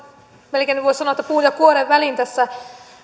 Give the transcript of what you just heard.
melkein voisi sanoa puun ja kuoren väliin tässä